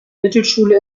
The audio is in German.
mittelschule